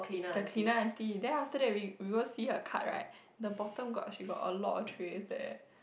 the cleaner auntie then after that we we go see her cart right the bottom got she got a lot of trays eh